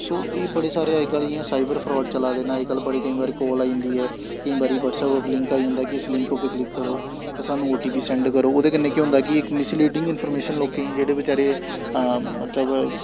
सो एह् बड़े सारे अजकल्ल इ'यां साइबर फ्राड चला दे न अजकल्ल बड़े केईं बारी काल आई जंदी ऐ केईं बारी ब्हटसैप उप्पर लिंक आई जंदा कि इस लिंक उप्पर क्लिक करो ते सानूं ओ टी पी सैंड्ड करो ओह्दे कन्नै केह् होंदा ऐ कि इक मिसलीडिंग इंफर्मेशन लोकें गी जेह्ड़े बचैरे मतलब